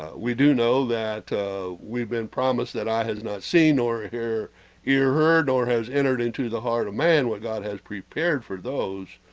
we do know that we've been promised that i has not seen or hear ear heard nor has entered into the heart of man what god has prepared for those,